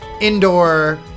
indoor